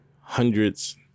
hundreds